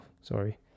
sorry